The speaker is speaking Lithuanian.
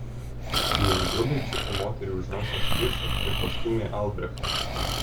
jis grubiai čiupo moterį už rankos riešo ir pastūmė albrechtą